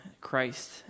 Christ